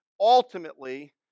ultimately